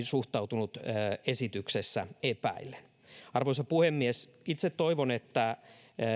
suhtautunut esityksessä epäillen arvoisa puhemies itse toivon että